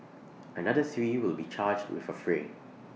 another three will be charged with affray